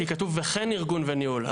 כי כתוב "וכן ארגון וניהול".